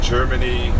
Germany